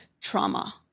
trauma